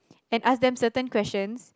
and ask them certain questions